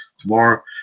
tomorrow